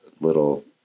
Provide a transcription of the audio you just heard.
little